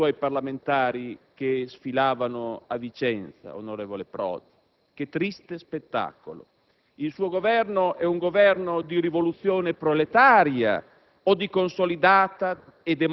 Erano più di 100 i suoi parlamentari che sfilavano a Vicenza, onorevole Prodi: che triste spettacolo! Il suo è un Governo di rivoluzione proletaria